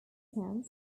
example